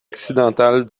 occidentale